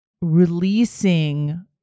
releasing